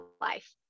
life